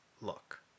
look